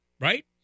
right